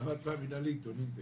למה את מאמינה לעיתונים?